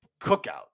cookout